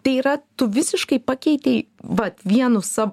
tai yra tu visiškai pakeitei vat vienu sa